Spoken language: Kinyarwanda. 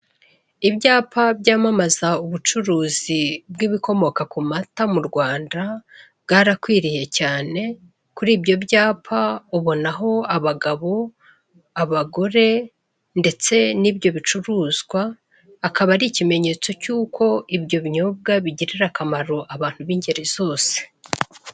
Ibyapa byamamaza ubucuruzi bw'ikikomoka ku mata mu rwanda, bwarakwiriye cyane kuri ibyo byapa ubonaho abagabo, abagore ndetse n'ibyo bicuruzwa akaba ari ikinyetso cy'uko ibyo binyobwa bigitira akamaro abantu bi'ingeri zose.